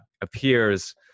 appears